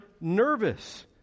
nervous